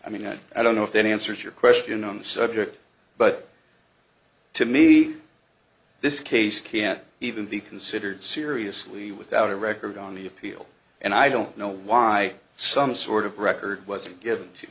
i mean i don't know if that answers your question on the subject but to me this case can't even be considered seriously without a record on the appeal and i don't know why some sort of record wasn't given t